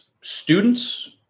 students